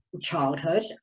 childhood